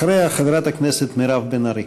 אחריה, חברת הכנסת מירב בן ארי.